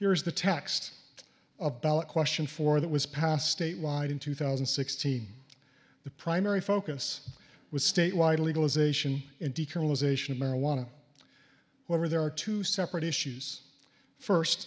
here's the text a ballot question for that was passed statewide in two thousand and sixteen the primary focus was statewide legalization and decriminalization of marijuana where there are two separate issues first